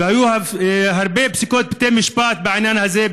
והיו הרבה פסיקות בתי-משפט בעניין הזה,